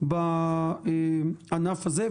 בענף הזה?